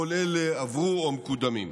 כל אלה עברו או מקודמים.